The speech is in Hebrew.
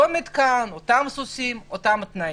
זה אותו מתקן, אותם סוסים, אותם תנאים.